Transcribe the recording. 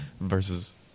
Versus